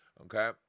okay